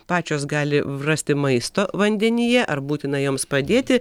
pačios gali rasti maisto vandenyje ar būtina joms padėti